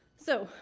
so,